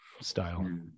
style